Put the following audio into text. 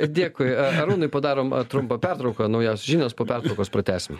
dėkui a arūnai padarom trumpą pertrauką naujausios žinios po pertraukos pratęsim